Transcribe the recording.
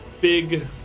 big